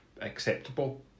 acceptable